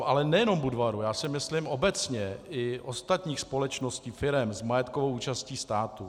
A nejenom Budvaru, já si myslím obecně i ostatních společností, firem s majetkovou účastí státu.